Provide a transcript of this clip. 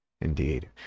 indeed